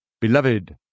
Beloved